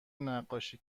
نقاشی